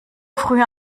früh